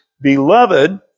Beloved